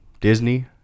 Disney